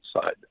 side